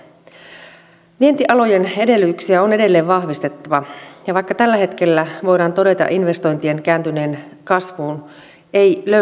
vientialojen edellytyksiä on edelleen vahvistettava ja vaikka tällä hetkellä voidaan todeta investointien kääntyneen kasvuun ei löysätä saa